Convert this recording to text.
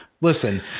Listen